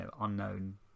unknown